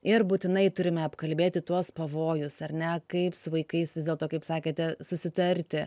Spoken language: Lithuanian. ir būtinai turime apkalbėti tuos pavojus ar ne kaip su vaikais vis dėlto kaip sakėte susitarti